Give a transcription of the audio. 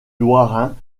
lorrain